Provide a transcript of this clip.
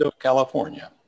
California